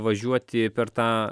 važiuoti per tą